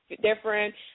different